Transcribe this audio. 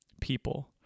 people